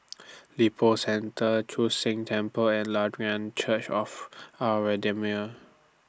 Lippo Centre Chu Sheng Temple and Lutheran Church of Our Redeemer